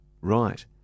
Right